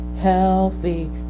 healthy